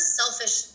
selfish